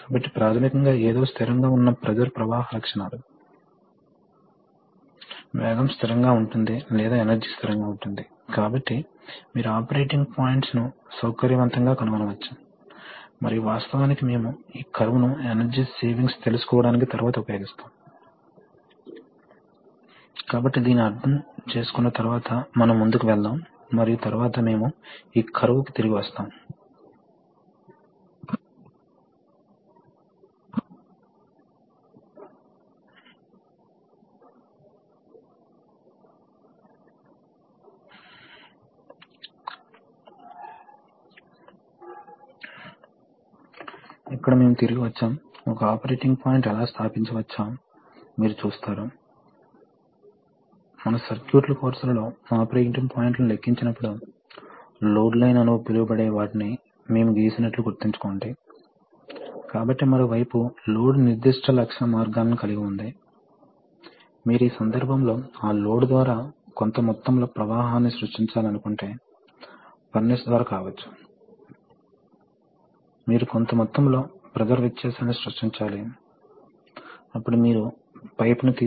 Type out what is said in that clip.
కాబట్టి విలక్షణమైన pneumatic control systems block diagram ఇలా ఉంటుంది మీకు గాలి లేదా గ్యాస్ యొక్క సోర్స్ అధిక ప్రెషర్ తో ఉంది ఈ సోర్స్ సాధారణంగా కంప్రెసర్ నుండి వస్తోంది ఆపై మీకు రెగ్యులేటర్ ఉంటుంది మరియు ఇది వాస్తవానికి ప్రెజర్ రెగ్యులేటర్ పరికరాలకు అవసరమయ్యే ప్రెజర్ వద్ద మీరు నిజంగా గ్యాస్ పొందుతారు అదేవిధంగా ఫీడ్బ్యాక్లు కూడా ఉండవచ్చు న్యూమాటిక్ సిగ్నల్ ఫీడ్బ్యాక్లు ఉండవచ్చు మీకు తెలుసు I నుండి P కన్వర్టర్లు కరెంట్ నుండి ప్రెజర్ కన్వర్టర్లకు కాబట్టి మీరు న్యూమాటిక్ ఫీడ్బ్యాక్ సిగ్నల్లను కలిగి ఉండవచ్చు వివిధ సెన్సార్లు ఆపై మీరు న్యూమాటిక్ కంట్రోల్ సిస్టమ్ను కలిగి ఉంటారు మీకు వివిధ డైరెక్షన్ కంట్రోల్ వాల్వ్స్ మరియు వివిధ న్యూమాటిక్ లాజిక్ వాల్వ్స్ మనము వాటిని తదుపరి పాఠంలో చూస్తాము